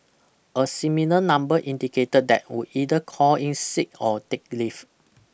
a similar number indicated that would either call in sick or take leave